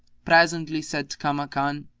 presently said kanmakan,